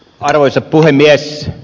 arvoisa puhemies